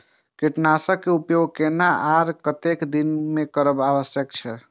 कीटनाशक के उपयोग केना आर कतेक दिन में करब आवश्यक छै?